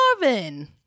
Marvin